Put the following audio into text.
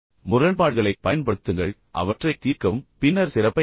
முரண்பாடுகளைப் பயன்படுத்துங்கள் அவற்றைத் தீர்க்கவும் பின்னர் சிறப்பை அடையவும்